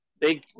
big